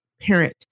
parent